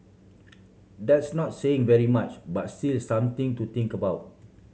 that's not saying very much but still something to think about